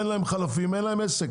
אם אין להם חלפים אין להם עסק,